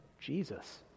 Jesus